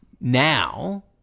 Now